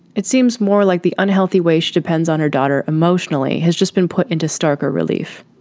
it seems more like the unhealthy way she depends on her daughter emotionally has just been put into starker relief.